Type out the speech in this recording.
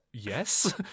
Yes